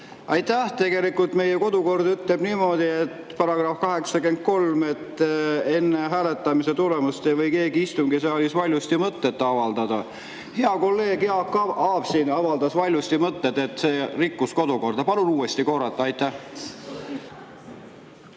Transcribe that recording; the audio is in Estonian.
Aitäh! Tegelikult meie kodukord ütleb niimoodi, § 83, et enne hääletamise tulemust ei või keegi istungisaalis valjusti mõtteid avaldada. Hea kolleeg Jaak Aab avaldas siin valjusti mõtteid, see rikkus kodukorda. Palun uuesti korrata. Aitäh!